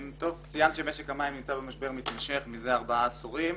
ציינת שמשק המים נמצא במשבר מתמשך מזה ארבעה עשורים.